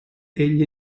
egli